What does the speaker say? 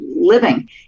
living